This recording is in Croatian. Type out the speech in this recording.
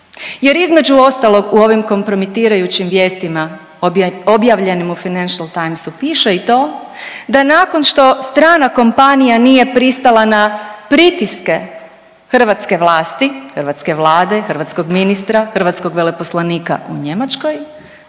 Jer između ostalog, u ovim kompromitirajućim vijestima objavljenim u Financial Timesu piše i to da nakon što strana kompanija nije pristala na pritiske hrvatske vlasti, hrvatske Vlade, hrvatskog ministra, hrvatskog veleposlanika u Njemačkoj,